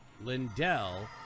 Lindell